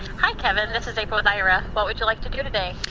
hi kevin, this is april at aira, what would you like to do today?